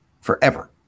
forever